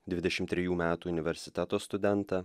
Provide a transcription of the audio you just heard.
dvidešimt trejų metų universiteto studentą